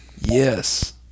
yes